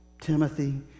Timothy